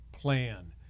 plan